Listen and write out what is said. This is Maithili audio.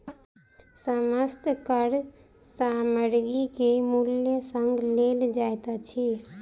समस्त कर सामग्री के मूल्य संग लेल जाइत अछि